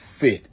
fit